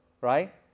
Right